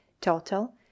Total